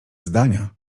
zdania